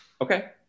Okay